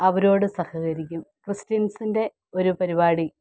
അവരോട് സഹകരിക്കും ക്രിസ്ത്യൻസിൻ്റെ ഒരു പരിപാടി